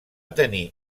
tenir